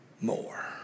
more